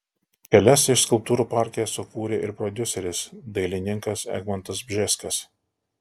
kelias iš skulptūrų parke sukūrė ir prodiuseris dailininkas egmontas bžeskas